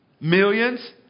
millions